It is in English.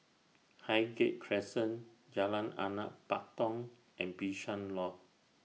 Highgate Crescent Jalan Anak Patong and Bishan Loft